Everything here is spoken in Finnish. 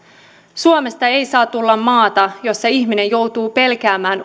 suomesta ei saa tulla maata jossa ihminen joutuu pelkäämään